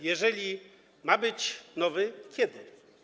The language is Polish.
Jeżeli ma być nowy - kiedy?